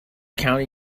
county